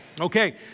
Okay